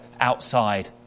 outside